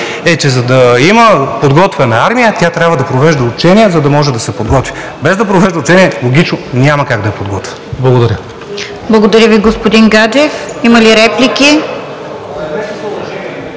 е, че за да има подготвена армия, тя трябва да провежда учения, за да може да се подготви. Без да провежда учения, логично няма как да е подготвена. Благодаря. ПРЕДСЕДАТЕЛ РОСИЦА КИРОВА: Благодаря Ви, господин Гаджев. Има ли реплики